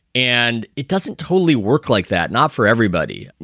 and it doesn't totally work like that, not for everybody. you